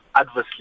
adversely